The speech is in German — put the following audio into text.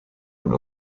und